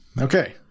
Okay